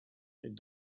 and